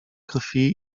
krwi